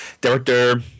director